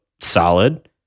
solid